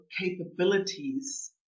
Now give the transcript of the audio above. capabilities